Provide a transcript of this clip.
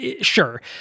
Sure